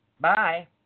Bye